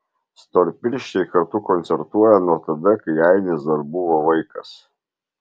storpirščiai kartu koncertuoja nuo tada kai ainis dar buvo vaikas